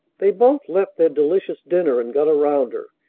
they both left their delicious dinner, and got around her,